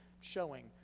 showing